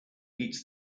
eats